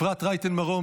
אפרת רייטן מרום,